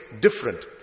different